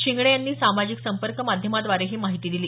शिंगणे यांनी सामाजिक संपर्क माध्यमाद्वारे ही माहिती दिली